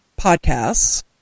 podcasts